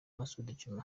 masoudi